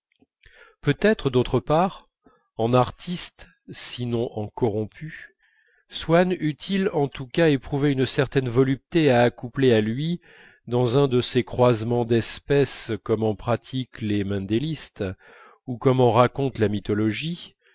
peut-être d'autre part en artiste sinon en corrompu swann eût-il en tous cas éprouvé une certaine volupté à accoupler à lui dans un de ces croisements d'espèces comme en pratiquent les mendelistes ou comme en raconte la mythologie